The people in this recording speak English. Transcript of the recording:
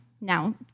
now